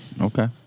Okay